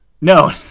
no